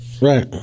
Right